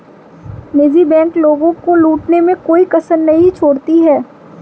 निजी बैंक लोगों को लूटने में कोई कसर नहीं छोड़ती है